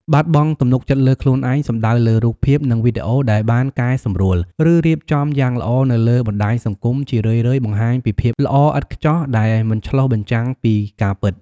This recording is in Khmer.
បាត់បង់ទំនុកចិត្តលើខ្លួនឯង សំដៅលើរូបភាព និងវីដេអូដែលបានកែសម្រួល ឬរៀបចំយ៉ាងល្អនៅលើបណ្ដាញសង្គម ជារឿយៗបង្ហាញពីភាពល្អឥតខ្ចោះដែលមិនឆ្លុះបញ្ចាំងពីការពិត។